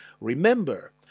remember